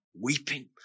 weeping